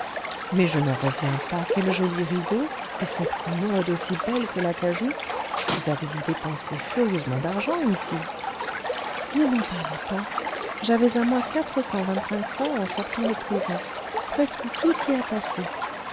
mais je n'en reviens pas quels jolis rideaux et cette commode aussi belle que l'acajou vous avez dû dépenser furieusement d'argent ici ne m'en parlez pas j'avais à moi quatre cent vingt-cinq francs en sortant de prison presque tout y a passé